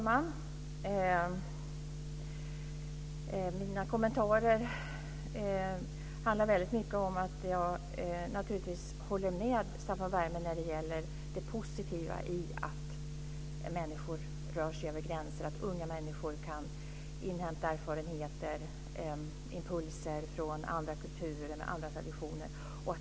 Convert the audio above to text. Fru talman! Jag håller naturligtvis med Staffan Werme om det positiva i att människor rör sig över gränser och att unga människor kan inhämta erfarenheter och impulser från andra kulturer och traditioner.